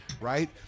right